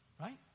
right